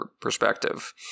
perspective